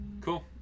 cool